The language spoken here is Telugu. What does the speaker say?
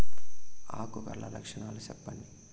ఆకు కర్ల లక్షణాలు సెప్పండి